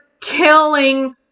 killing